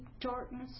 darkness